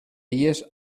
illes